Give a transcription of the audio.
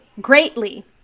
greatly